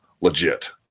legit